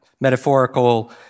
metaphorical